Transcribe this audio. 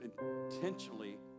intentionally